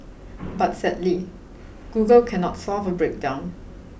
but sadly Google cannot solve a breakdown